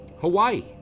Hawaii